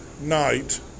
night